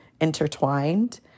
intertwined